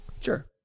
Sure